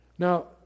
Now